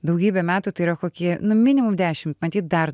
daugybė metų tai yra kokie nu minimum dešim matyt dar